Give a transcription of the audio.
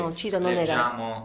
leggiamo